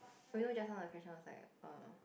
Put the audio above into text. oh you know just now the question was like err